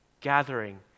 gathering